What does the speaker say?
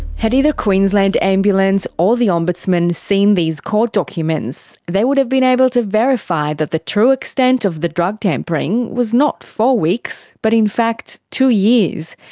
had either queensland ambulance or the ombudsman seen these court documents, they'd have been able to verify that the true extent of the drug tampering was not four weeks but in fact two years.